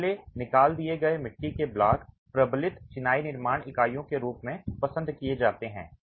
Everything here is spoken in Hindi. खोखले निकाल दिए गए मिट्टी के ब्लॉक प्रबलित चिनाई निर्माण इकाइयों के रूप में पसंद किए जाते हैं